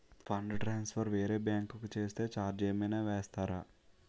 Fund transfer వేరే bank కి చేస్తే ఛార్జ్ ఏమైనా వేస్తారా?